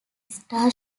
star